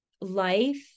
life